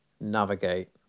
navigate